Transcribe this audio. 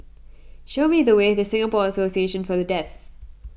show me the way to Singapore Association for the Deaf